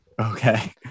Okay